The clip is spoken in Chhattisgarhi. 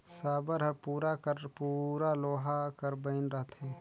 साबर हर पूरा कर पूरा लोहा कर बइन रहथे